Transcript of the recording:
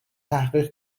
تحقیق